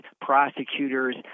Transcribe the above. prosecutors